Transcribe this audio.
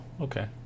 okay